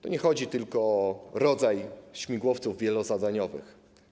To nie chodzi tylko o rodzaj śmigłowców wielozadaniowych.